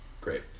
Great